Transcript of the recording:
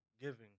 giving